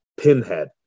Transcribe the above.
Pinhead